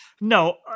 No